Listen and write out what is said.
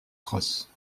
crosses